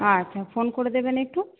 আচ্ছা ফোন করে দেবেন একটু